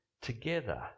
together